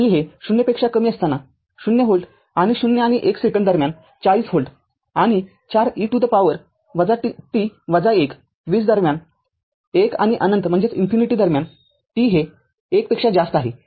तर t हे ० पेक्षा कमी असताना ० व्होल्ट आणि ० आणि १ सेकंद दरम्यान ४० व्होल्ट आणि ४ e to the power t १ २० दरम्यान १आणि अनंत दरम्यान t हे १ पेक्षा जास्त आहे